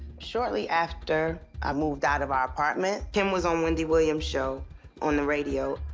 shortly after i moved out of our apartment, kim was on wendy williams' show on the radio.